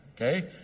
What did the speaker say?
okay